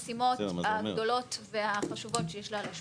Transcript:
המשימות הגדולות והחשובות שיש לה על השולחן.